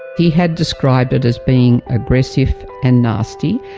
he had described it as being aggressive and nasty,